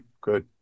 Good